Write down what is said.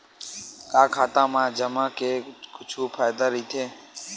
का खाता मा जमा के कुछु फ़ायदा राइथे?